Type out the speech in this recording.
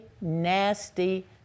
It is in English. nasty